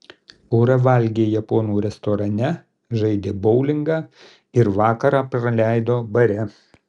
pora valgė japonų restorane žaidė boulingą ir vakarą praleido bare